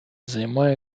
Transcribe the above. займає